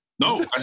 No